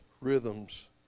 rhythms